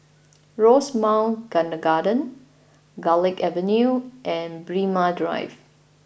Rosemount Kindergarten Garlick Avenue and Braemar Drive